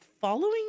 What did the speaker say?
following